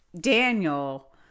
Daniel